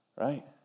Right